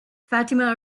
fatima